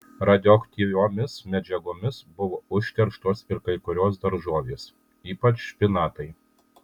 radioaktyviomis medžiagomis buvo užterštos ir kai kurios daržovės ypač špinatai